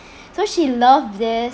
so she loves this